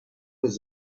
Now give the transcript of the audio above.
was